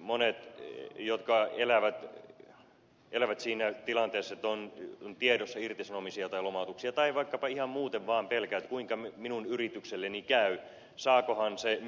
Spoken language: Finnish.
monet elävät siinä tilanteessa että on tiedossa irtisanomisia tai lomautuksia tai vaikkapa ihan muuten vaan pelkäävät kuinka minun yritykselleni käy saakohan se